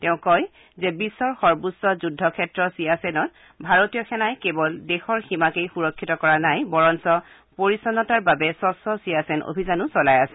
তেওঁ কয় যে বিধৰ সৰ্বোচ্চ যুদ্ধ ক্ষেত্ৰ চিয়াসেনত ভাৰতীয় সেনাই কেৱল দেশৰ সীমাকে সুৰক্ষিত কৰা নাই বৰঞ্চ পৰিচ্ছন্নতাৰ বাবে স্বছ্ চিয়াসেন অভিযানো চলাই আছে